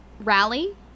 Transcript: rally